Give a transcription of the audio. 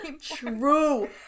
True